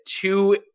two